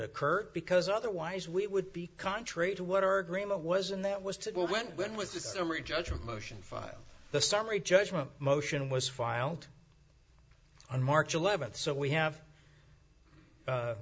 occurred because otherwise we would be contrary to what our agreement was and that was to well when when was the summary judgment motion filed the summary judgment motion was filed on march eleventh so we have